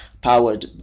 powered